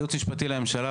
הייעוץ המשפטי לממשלה,